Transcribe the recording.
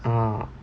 ah